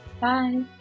Bye